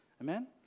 Amen